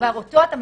אז